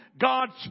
God's